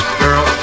girl